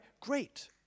Great